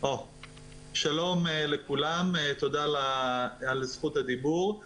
שלום לכולם, תודה על זכות הדיבור.